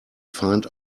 find